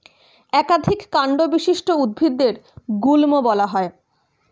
একাধিক কান্ড বিশিষ্ট উদ্ভিদদের গুল্ম বলা হয়